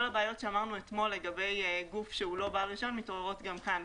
כל הבעיות שאמרנו אתמול לגבי גוף שהוא לא בעל רישיון מתעוררות גם כאן.